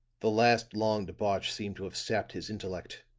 the last long debauch seemed to have sapped his intellect